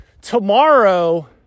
tomorrow